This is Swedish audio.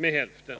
med hälften.